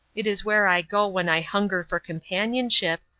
it is where i go when i hunger for companionship,